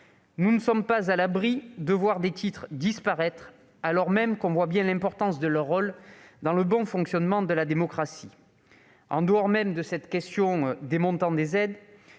Nous ne sommes pas à l'abri de voir des titres disparaître, alors même qu'on voit l'importance de leur rôle dans le bon fonctionnement de la démocratie. En dehors même de cette question du montant des aides,